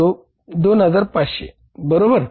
2500 बरोबर